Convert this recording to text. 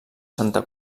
santa